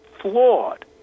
flawed